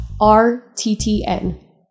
rttn